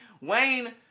Wayne